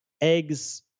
eggs